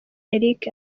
eric